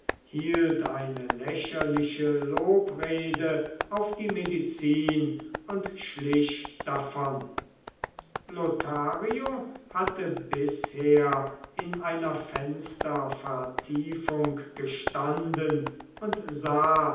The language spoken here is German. hielt eine lächerliche lobrede auf die medizin und schlich davon lothario hatte bisher in einer fenstervertiefung gestanden und sah